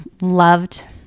loved